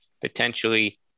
potentially